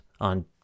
on